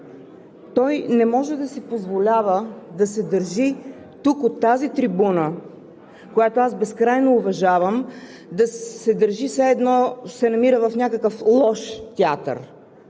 Той не може да си позволява тук, от тази трибуна, която аз безкрайно уважавам, да се държи все едно се намира в някакъв лош театър.